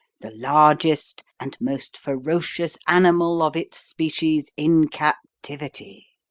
the largest and most ferocious animal of its species in captivity.